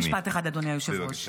עוד משפט אחד, אדוני היושב-ראש.